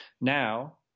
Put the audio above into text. Now